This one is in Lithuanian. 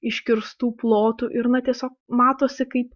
iškirstų plotų ir na tiesiog matosi kaip